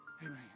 Amen